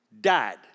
died